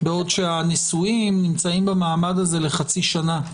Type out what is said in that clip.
בעוד שהנשואים נמצאים במעמד הזה לחצי שנה.